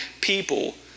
people